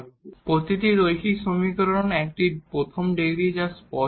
সুতরাং প্রতিটি লিনিয়ার সমীকরণ একটি প্রথম ডিগ্রী যা স্পষ্ট